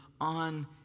on